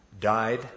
died